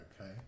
Okay